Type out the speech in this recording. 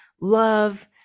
love